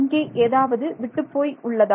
இங்கே ஏதாவது விட்டுப் போய் உள்ளதா